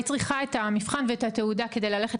היא צריכה את המבחן ואת התעודה כדי ללכת